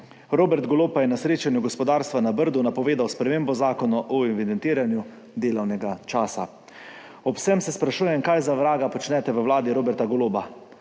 Robert Golob je na srečanju gospodarstva na Brdu napovedal spremembo zakona o evidentiranju delovnega časa. Ob vsem se sprašujem, kaj za vraga počnete v vladi Roberta Goloba?